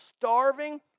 starving